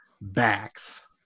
backs